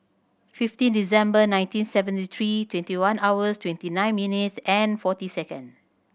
fifteen December nineteen seventy three twenty one hours twenty nine minutes and forty second